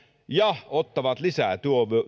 ja ottavat lisää